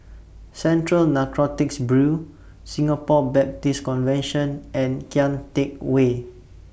Central Narcotics Bureau Singapore Baptist Convention and Kian Teck Way